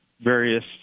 various